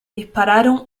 dispararon